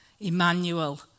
Emmanuel